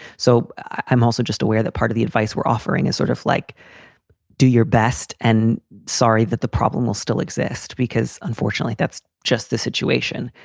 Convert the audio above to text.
so i'm also just aware that part of the advice we're offering is sort of like do your best and sorry that the problem will still exist because unfortunately, that's just the situation.